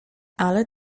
ale